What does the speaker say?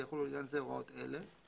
ויחולו לעניין זה הוראות אלה: